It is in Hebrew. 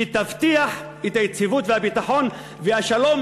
שתבטיח את היציבות ואת הביטחון ואת השלום,